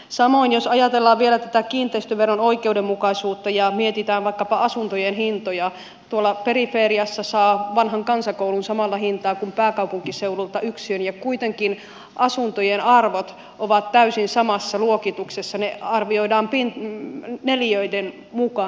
samoin jos ajatellaan vielä tätä kiinteistöveron oikeudenmukaisuutta ja mietitään vaikkapa asuntojen hintoja tuolta periferiasta saa vanhan kansakoulun samalla hintaa kuin pääkaupunkiseudulta yksiön ja kuitenkin asuntojen arvot ovat täysin samassa luokituksessa ne arvioidaan neliöiden mukaan